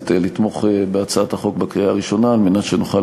מהכנסת לתמוך בהצעת החוק בקריאה הראשונה על מנת שנוכל